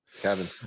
Kevin